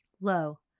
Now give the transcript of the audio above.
low